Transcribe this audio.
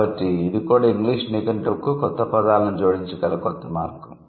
కాబట్టి ఇది కూడా ఇంగ్లీష్ నిఘంటువుకు కొత్త పదాలను జోడించగల కొత్త మార్గం